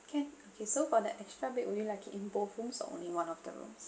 can okay so for that extra bed will you like it in both rooms or only one of the room